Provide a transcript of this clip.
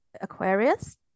Aquarius